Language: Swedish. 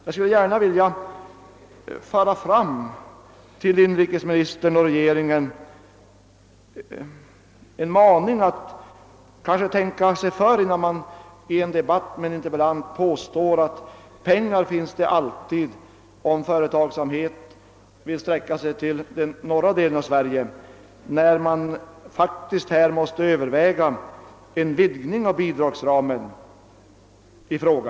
Jag skulle gärna vilja uppmana inrikesministern och regeringen att tänka sig för innan man i en debatt med en interpellant påstår att det alltid finns pengar om företagsamheten vill utsträcka sin verksamhet till norra delen av Sverige, när det faktiskt måste övervägas en vidgning av bidragsramen i fråga.